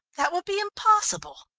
that would be impossible.